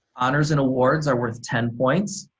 honors and awards are worth ten points.